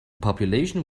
population